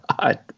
god